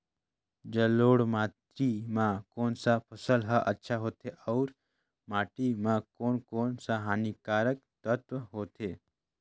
जलोढ़ माटी मां कोन सा फसल ह अच्छा होथे अउर माटी म कोन कोन स हानिकारक तत्व होथे?